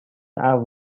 have